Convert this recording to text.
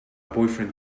boyfriend